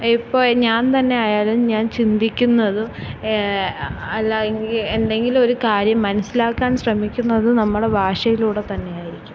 ഇപ്പോൾ ഞാൻ തന്നെ ആയാലും ഞാൻ ചിന്തിക്കുന്നതും അല്ല എങ്കിൽ എന്തെങ്കിലും ഒരു കാര്യം മനസ്സിലാക്കാൻ ശ്രമിക്കുന്നതും നമ്മുടെ ഭാഷയിലൂടെ തന്നെ ആയിരിക്കും